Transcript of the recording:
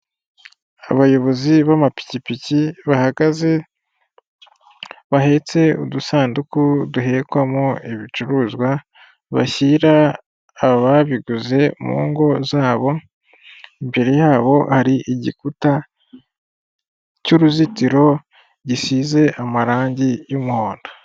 Abayobozi b'amapikipiki bahagaze, bahetse udusanduku duhekwamo ibicuruzwa, bashyira ababiguze mu ngo zabo, imbere yabo hari igikuta cy'uruzitiro, gisize amarangi y'umuhondo.